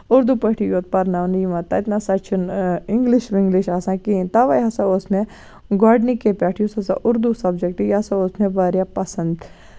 اُردوٗ پٲٹھی یوت پَرناونہٕ یِوان تَتہِ نہَ سا چھُ نہٕ اِنٛگلِش وِنٛگلِش آسان کِہیٖنٛۍ تَوَے ہسا اوس مےٚ گۄڈٕنِکہِ پیٚٹھٕ یُس ہسا اُردوٗ سَبجیکٹ یہِ ہسا اوس مےٚ واریاہ پَسنٛد